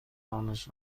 دانش